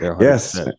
yes